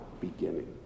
beginning